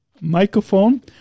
Microphone